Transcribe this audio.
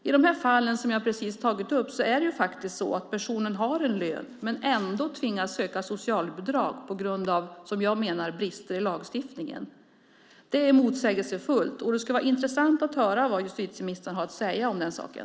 I de fall som jag precis har tagit upp har personen en lön men tvingas ändå söka socialbidrag på grund av, som jag menar, brister i lagstiftningen. Det är motsägelsefullt. Det skulle vara intressant att höra vad justitieministern har att säga om saken.